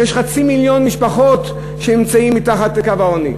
שיש חצי מיליון משפחות שנמצאות מתחת לקו העוני,